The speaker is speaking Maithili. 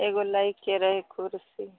एगो लैके रहै कुरसी